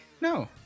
No